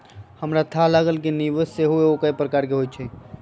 हमरा थाह लागल कि निवेश सेहो कएगो प्रकार के होइ छइ